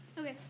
Okay